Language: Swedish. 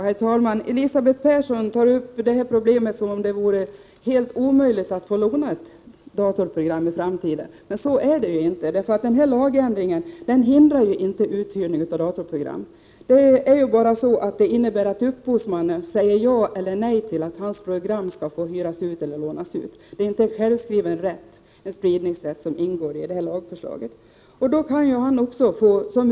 Herr talman! Elisabeth Persson tar upp detta problem som om det vore helt omöjligt att få låna ett datorprogram i framtiden. Men så är det ju inte. Denna lagändring hindrar inte uthyrning av datorprogram. Den innebär bara 139 att upphovsmannen säger ja eller nej till att hans program skall få hyras ut eller lånas ut. Detta lagförslag innebär alltså inte någon självklar spridningsrätt.